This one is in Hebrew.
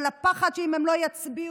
אבל הפחד שאם הם לא יצביעו,